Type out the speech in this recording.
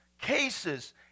Cases